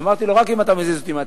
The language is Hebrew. אמרתי לו: רק אם אתה מזיז אותי מהתפקיד,